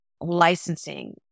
licensing